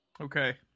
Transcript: Okay